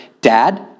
Dad